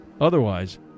Otherwise